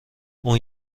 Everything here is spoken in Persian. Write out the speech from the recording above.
اون